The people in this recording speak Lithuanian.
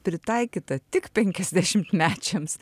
pritaikyta tik penkiasdešimtmečiams